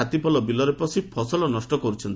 ହାତୀପଲ ବିଲରେ ପଶି ଫସଲ କରୁଛନ୍ତି